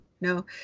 no